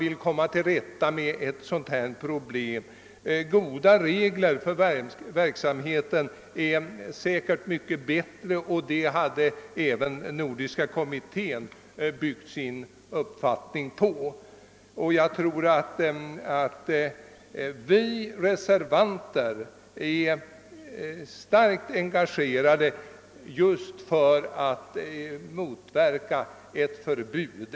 Det är säkerligen mycket bättre att utforma goda regler för verksamheten, och detta hade även Nordiska rådets kommitté föreslagit. Vi reservanter är starkt engagerade för att motverka ett förbud.